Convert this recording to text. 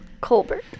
Colbert